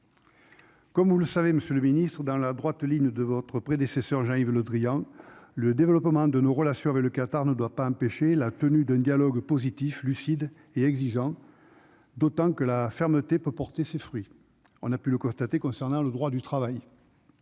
Comme vous le savez, Monsieur le Ministre, dans la droite ligne de votre prédécesseur, Jean-Yves Le Drian, le développement de nos relations avec le Qatar ne doit pas empêcher la tenue d'un dialogue positif lucide et exigeant, d'autant que la fermeté peut porter ses fruits, on a pu le constater concernant le droit du travail,